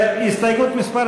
הסתייגות מס'